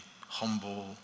humble